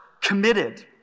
committed